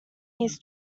he’s